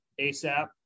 ASAP